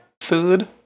third